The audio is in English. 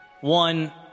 One